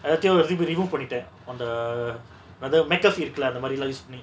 yethayo reb~ remove பன்னிட்ட அந்த:pannita antha other makafi இருக்குல அந்தமாரிலா:irukula anthamarila use பன்னி:panni